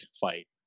fight